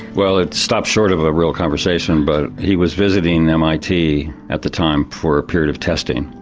well it stopped short of a real conversation but he was visiting mit at the time for a period of testing.